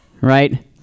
right